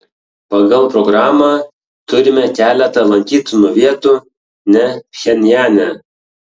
pagal programą turime keletą lankytinų vietų ne pchenjane